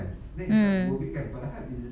mm